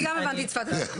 אני גם הבנתי את שפת הגוף.